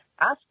ask